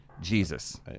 Jesus